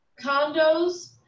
Condos